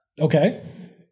Okay